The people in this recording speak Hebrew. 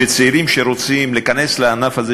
שצעירים שרוצים להיכנס לענף הזה,